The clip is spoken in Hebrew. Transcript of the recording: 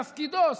תפקידו,